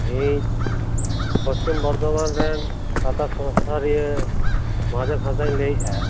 ᱤᱧ ᱯᱚᱥᱪᱤᱢ ᱵᱚᱨᱫᱷᱚᱢᱟᱱ ᱨᱮᱱ ᱥᱟᱶᱛᱟ ᱥᱩᱥᱟᱹᱨᱤᱭᱟᱹ ᱢᱚᱦᱟᱫᱮᱵᱽ ᱦᱟᱸᱥᱫᱟᱤᱧ ᱞᱟᱹᱭᱮᱫᱼᱟ